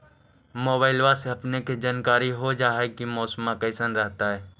मोबाईलबा से अपने के जानकारी हो जा है की मौसमा कैसन रहतय?